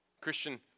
Christian